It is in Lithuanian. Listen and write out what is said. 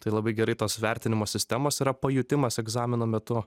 tai labai gerai tos vertinimo sistemos yra pajutimas egzamino metu